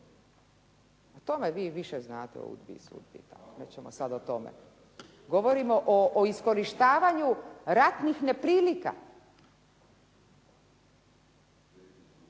kakve je on prirode ili naravi. Nećemo sada o tome. Govorimo o iskorištavanju ratnih neprilika.